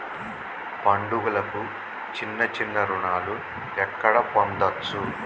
పండుగలకు చిన్న చిన్న రుణాలు ఎక్కడ పొందచ్చు?